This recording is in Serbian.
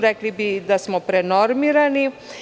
Rekli bi da smo prenormirani.